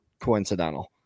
coincidental